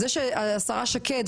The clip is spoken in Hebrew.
זה שהשרה לשעבר שקד,